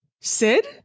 Sid